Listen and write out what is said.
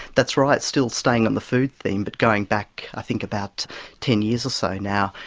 that's right, still staying on the food thing, but going back i think about ten years or so now,